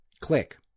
click